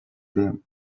them